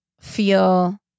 feel